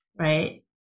right